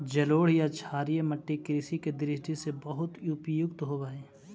जलोढ़ या क्षारीय मट्टी कृषि के दृष्टि से बहुत उपयुक्त होवऽ हइ